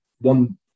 one